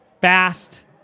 Fast